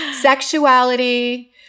Sexuality